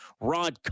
Rod